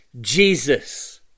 Jesus